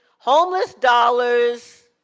homeless dollars